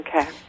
Okay